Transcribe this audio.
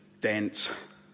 dense